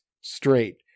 straight